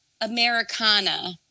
Americana